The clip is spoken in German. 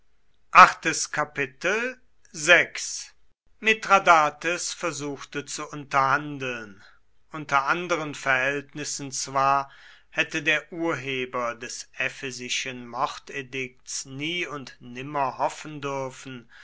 mithradates versuchte zu unterhandeln unter anderen verhältnissen zwar hätte der urheber des ephesischen mordedikts nie und nimmermehr hoffen dürfen